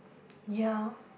ya